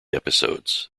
episodes